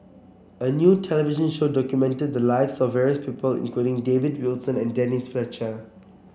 a new television show documented the lives of various people including David Wilson and Denise Fletcher